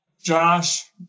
Josh